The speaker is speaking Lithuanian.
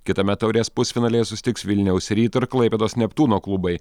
kitame taurės pusfinalyje susitiks vilniaus ryto ir klaipėdos neptūno klubai